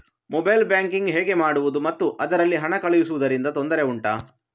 mobile banking ಹೇಗೆ ಮಾಡುವುದು ಮತ್ತು ಅದರಲ್ಲಿ ಹಣ ಕಳುಹಿಸೂದರಿಂದ ತೊಂದರೆ ಉಂಟಾ